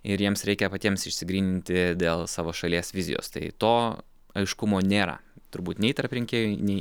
ir jiems reikia patiems išsigryninti dėl savo šalies vizijos tai to aiškumo nėra turbūt nei tarp rinkėjų nei